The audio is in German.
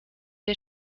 wir